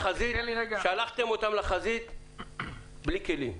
שלחתם אותם לחזית בלי כלים.